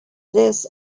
this